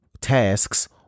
tasks